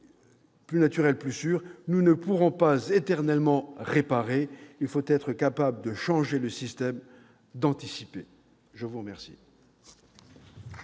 plus naturels, plus sûrs. Nous ne pourrons pas éternellement réparer. Il faut être capable de changer le système, d'anticiper. La parole